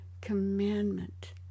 commandment